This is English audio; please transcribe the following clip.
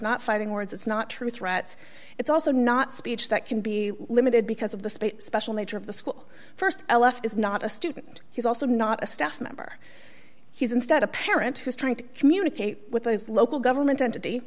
not fighting words it's not true threats it's also not speech that can be limited because of the special nature of the school st l f is not a student he's also not a staff member he's instead a parent who's trying to communicate with those local government entity